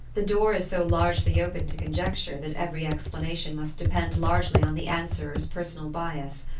the door is so largely open to conjecture that every explanation must depend largely on the answerer's personal bias.